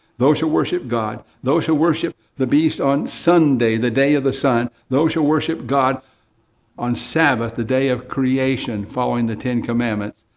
those are worship god, those who worship the beast on sunday, the day of the sun, those who worship god on sabbath, the day of creation, following the ten commandments.